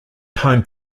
time